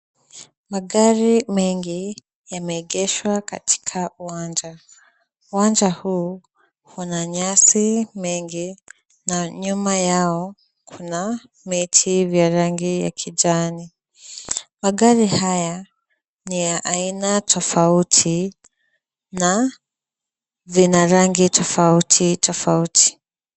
Magari mengi yameegeshwa katika uwanja. Uwanja huu una nyasi mengi na nyuma yao kuna miti vya rangi ya kijani. Magari haya ni ya aina tofauti na vina rangi tofauti tofauti.